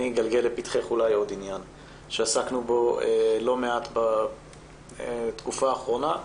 אני אגלגל לפתחך אולי גם עוד עניין שעסקנו בו לא מעט בתקופה האחרונה,